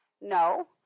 No